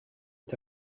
est